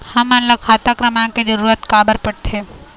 हमन ला खाता क्रमांक के जरूरत का बर पड़थे?